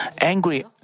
angry